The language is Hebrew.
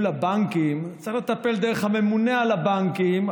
לבנקים צריך לטפל דרך הממונה על הבנקים,